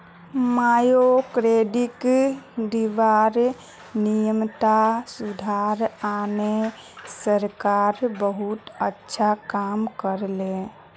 microcredit दीबार नियमत सुधार आने सरकार बहुत अच्छा काम कर ले